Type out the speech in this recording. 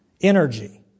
energy